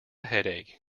headache